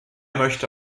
möchte